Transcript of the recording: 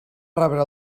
rebre